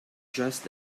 just